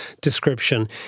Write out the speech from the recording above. description